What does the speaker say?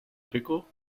pickle